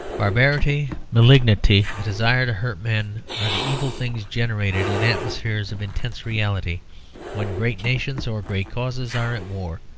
barbarity, malignity, the desire to hurt men, are the evil things generated in atmospheres of intense reality when great nations or great causes are at war.